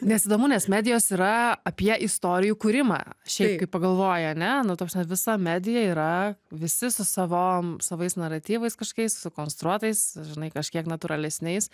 nes įdomu nes medijos yra apie istorijų kūrimą šiaip kai pagalvoji ane nu ta prasme visa medija yra visi su savom savais naratyvais kažkokiais sukonstruotais žinai kažkiek natūralesniais